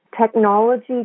Technology